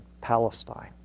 Palestine